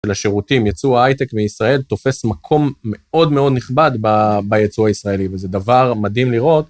לשירותים, יצוא ההייטק בישראל תופס מקום מאוד מאוד נכבד ביצוא הישראלי וזה דבר מדהים לראות.